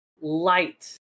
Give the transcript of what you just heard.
light